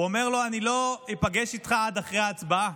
הוא אומר לו: אני לא איפגש איתך עד אחרי ההצבעה.